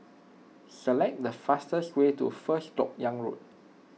select the fastest way to First Lok Yang Road